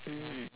mm